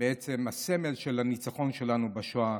ובעצם הסמל של הניצחון שלנו בשואה,